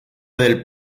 del